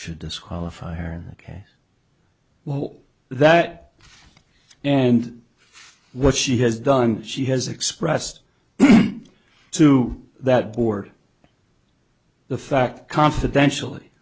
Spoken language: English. should disqualify her ok well that and what she has done she has expressed to that board the fact confidentially